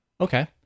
Okay